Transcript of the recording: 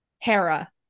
Hera